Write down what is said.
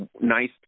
nice